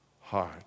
heart